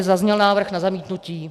zazněl návrh na zamítnutí.